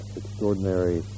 extraordinary